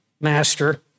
master